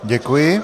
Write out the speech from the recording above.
Děkuji.